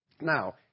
Now